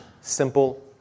simple